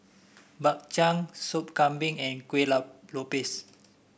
Bak Chang Sop Kambing and Kueh Lopes